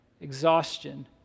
exhaustion